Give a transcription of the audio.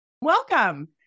Welcome